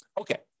Okay